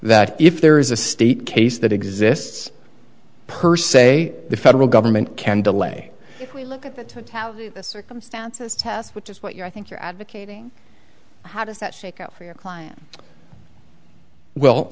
that if there is a state case that exists per se the federal government can delay it we look at the circumstances test which is what you're i think you're advocating how does that go for your client well